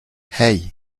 hey